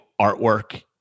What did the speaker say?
artwork